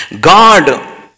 God